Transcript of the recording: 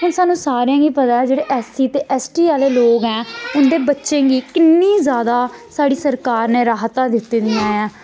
हून सानूं सारें गी पता ऐ जेह्ड़े एस सी ते एस टी आह्ले लोक ऐं उं'दे बच्चें गी किन्नी जादा साढ़ी सरकार ने राहतां दित्ती दियां ऐ